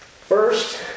First